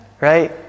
Right